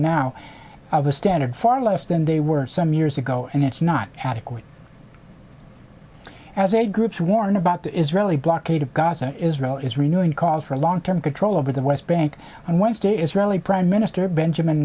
now of the standard far less than they were some years ago and it's not adequate as aid groups warn about the israeli blockade of gaza is well is renewing calls for a long term control over the west bank on wednesday israeli prime minister benjamin